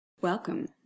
Welcome